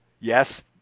Yes